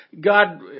God